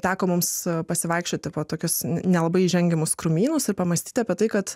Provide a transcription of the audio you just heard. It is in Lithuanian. teko mums pasivaikščioti po tokius nelabai įžengiamus krūmynus ir pamąstyti apie tai kad